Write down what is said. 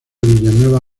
villanueva